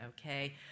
Okay